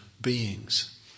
beings